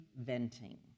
venting